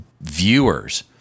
viewers